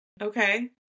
Okay